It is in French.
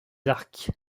arcs